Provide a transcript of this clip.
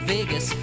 Vegas